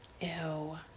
Ew